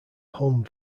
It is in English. home